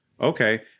okay